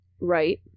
Right